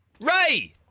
Ray